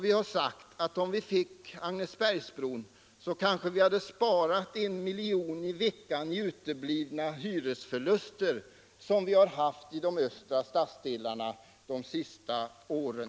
Vi har sagt att om vi hade fått Agnesbergsbron hade vi kanske sparat 1 miljon i veckan i uteblivna hyresförluster, som vi haft i de östra stadsdelarna under de senaste åren.